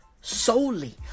solely